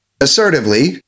assertively